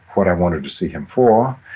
what i wanted to see him for,